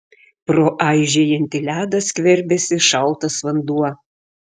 pro aižėjantį ledą skverbėsi šaltas vanduo